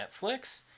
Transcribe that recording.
Netflix